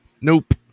Nope